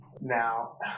Now